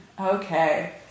Okay